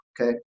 okay